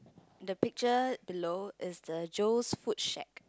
the picture below is the Joe's fruit shake